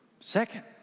Second